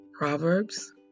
Proverbs